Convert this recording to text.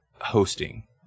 hosting